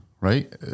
right